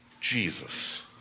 Jesus